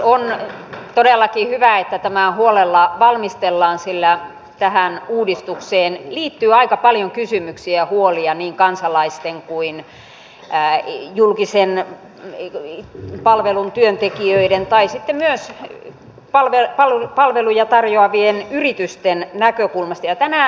on todellakin hyvä että tämä huolella valmistellaan sillä tähän uudistukseen liittyy aika paljon kysymyksiä ja huolia niin kansalaisten kuin julkisen palvelun työntekijöiden ja sitten myös palveluja tarjoavien yritysten näkökulmasta